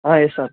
yes sir